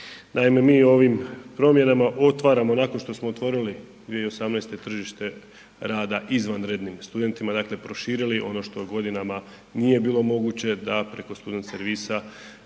Naime, mi ovim promjenama otvaramo, nakon što smo otvorili 2018. tržište rada izvanrednim studentima, dakle proširili ono što godinama nije bilo moguće, da preko student servisa